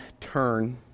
turn